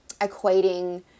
equating